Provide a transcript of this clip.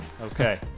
Okay